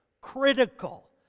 critical